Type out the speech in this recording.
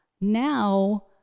now